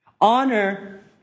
Honor